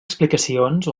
explicacions